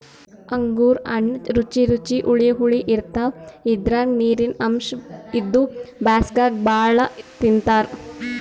ಅಂಗೂರ್ ಹಣ್ಣ್ ರುಚಿ ರುಚಿ ಹುಳಿ ಹುಳಿ ಇರ್ತವ್ ಇದ್ರಾಗ್ ನೀರಿನ್ ಅಂಶ್ ಇದ್ದು ಬ್ಯಾಸ್ಗ್ಯಾಗ್ ಭಾಳ್ ತಿಂತಾರ್